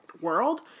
world